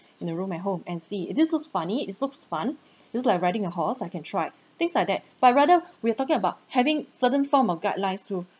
in a room at home and see this looks funny it looks fun just like riding a horse I can try it things like that but rather we are talking about having certain form of guidelines to